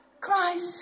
Christ